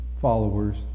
followers